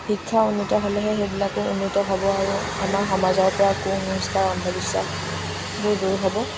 শিক্ষা উন্নত হ'লেহে সেইবিলাকো উন্নত হ'ব আৰু আমাৰ সমাজৰ পৰা কু সংস্কাৰ অন্ধবিশ্বাসবোৰ দূৰ হ'ব